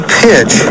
pitch